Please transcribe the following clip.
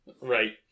Right